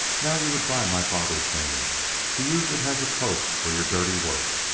now you would buy my father's name to use it as a cloak for your dirty work!